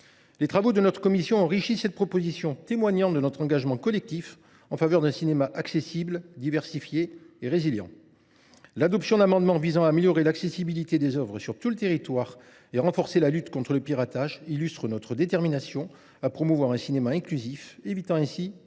Les travaux de notre commission ont enrichi cette proposition, témoignant de notre engagement commun en faveur d’un cinéma accessible, diversifié et résilient. L’adoption d’amendements visant à améliorer l’accessibilité des œuvres sur tout le territoire et à renforcer la lutte contre le piratage illustre notre détermination à promouvoir un cinéma inclusif, évitant ainsi